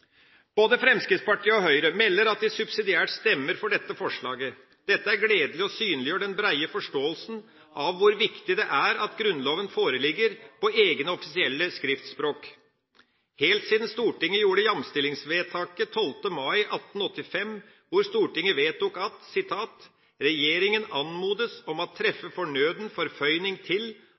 Både Fremskrittspartiet og Høyre melder at de subsidiært stemmer for dette forslaget. Dette er gledelig og synliggjør den brede forståelsen av hvor viktig det er at Grunnloven foreligger på egne offisielle skriftspråk. Helt siden Stortinget gjorde jamstillingsvedtaket den 12. mai 1885, hvor Stortinget vedtok at «Regjeringen anmodes om at træffe fornøden Forføining til,